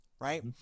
right